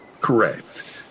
correct